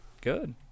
good